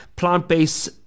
Plant-based